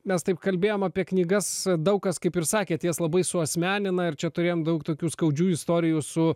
mes taip kalbėjom apie knygas daug kas kaip ir sakė ties labai suasmenina ir čia turėjom daug tokių skaudžių istorijų su